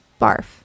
barf